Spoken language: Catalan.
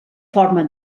forma